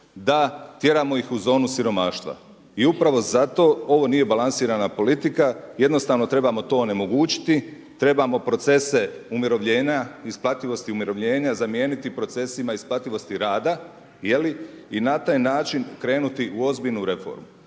da tjeramo ih u zoni siromaštva. I upravo zato ovo nije balansirana politika, jednostavno trebamo to onemogućiti, trebamo procese umirovljenja, isplativosti umirovljenja zamijeniti procesima isplativosti rada je li, i na taj način krenuti u ozbiljnu reformu.